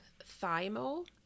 Thymol